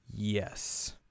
Yes